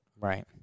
Right